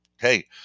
hey